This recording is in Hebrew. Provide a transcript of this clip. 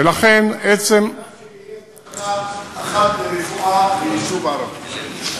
ולכן, עצם, אין תחנה אחת לרפואה ביישוב ערבי.